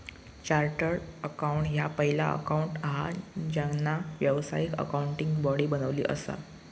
chartered accountant ह्या पहिला accountant हा ज्यांना व्यावसायिक अकाउंटिंग बॉडी बनवली असा